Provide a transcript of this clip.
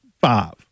five